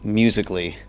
musically